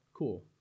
cool